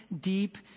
deep